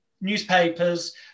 newspapers